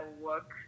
work